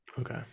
Okay